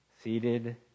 Seated